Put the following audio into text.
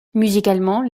musicalement